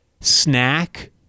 snack